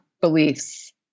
beliefs